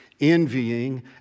envying